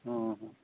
ହଁ ହଁ